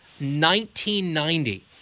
1990